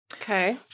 Okay